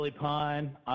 Pine